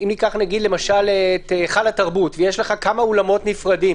אם ניקח את היכל התרבות ויש לך כמה אולמות נפרדים